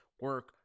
Work